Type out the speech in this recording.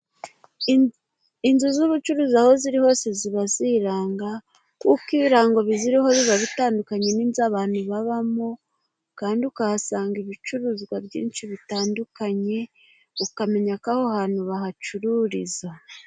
Inzu z'ubucuruzi aho ziri hose ziba ziranga. Kuko ibirango biziriho biba bitandukanye n'inzu abantu babamo, kandi ukahasanga ibicuruzwa byinshi bitandukanye, ukamenya ko aho ahantu bahacururiza.